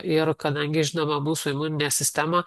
ir kadangi žinoma mūsų imuninė sistema